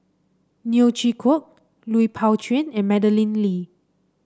Neo Chwee Kok Lui Pao Chuen and Madeleine Lee